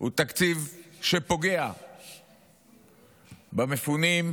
הוא תקציב שפוגע במפונים,